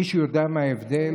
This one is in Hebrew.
מישהו יודע מה ההבדל?